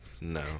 No